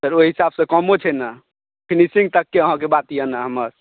फेर ओहि हिसाबसँ कमो छै ने फिनिशिङ्ग तकके अहाँकेँ बात यऽ ने हमर